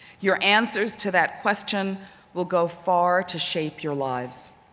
your answers to that question will go far to shape your lives.